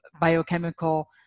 biochemical